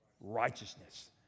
righteousness